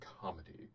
comedy